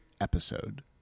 episode